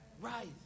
rise